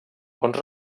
bons